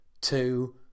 two